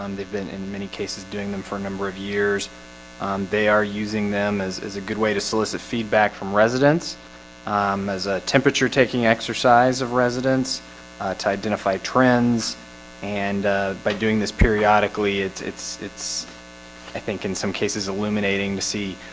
um they've been in many cases doing them for a number of years they are using them as a good way to solicit feedback from residents um as a temperature taking exercise of residents to identify trends and by doing this periodically, it's it's it's i think in some cases illuminating to see